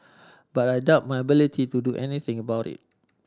but I doubted my ability to do anything about it